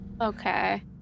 Okay